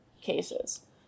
cases